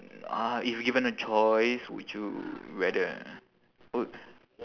uh if given a choice would you rather would